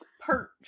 perch